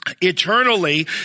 eternally